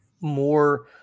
more